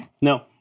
No